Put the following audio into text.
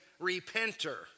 repenter